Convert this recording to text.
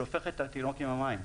שופכת את התינוק עם המים.